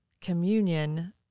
communion